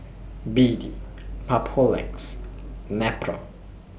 B D Papulex Nepro